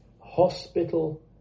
Hospital